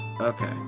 Okay